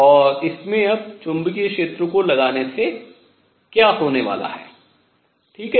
और इसमें अब चुंबकीय क्षेत्र को लगाने से क्या होने वाला है ठीक है